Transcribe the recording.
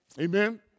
Amen